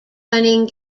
running